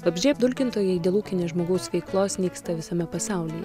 vabzdžiai apdulkintojai dėl ūkinės žmogaus veiklos nyksta visame pasaulyje